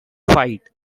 fight